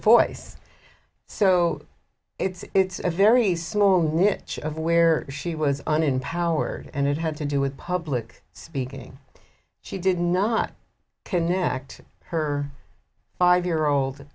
voice so it's a very small niche of where she was an empowered and it had to do with public speaking she did not connect her five year old